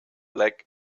black